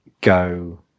go